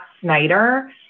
Snyder